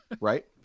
Right